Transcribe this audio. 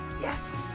yes